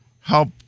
help